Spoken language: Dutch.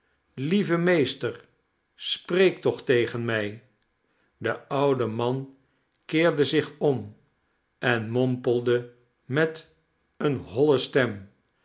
lieve meester spreek toch tegen mij i de oude man keerde zich om en mompelde met eene holle stem